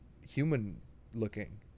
human-looking